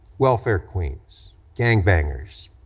welfare queens, gang bangers,